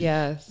Yes